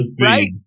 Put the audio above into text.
right